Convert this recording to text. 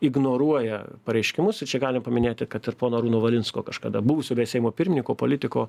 ignoruoja pareiškimus ir čia galim paminėti kad ir pono arūno valinsko kažkada buvusio seimo pirmininko politiko